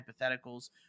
hypotheticals